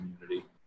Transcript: community